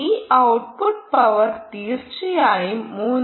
ഈ output power തീർച്ചയായും 3